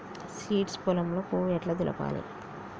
Seeds పొలంలో పువ్వు ఎట్లా దులపాలి?